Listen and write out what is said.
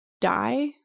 die